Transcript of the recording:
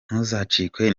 ntuzacikwe